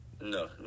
No